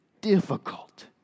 difficult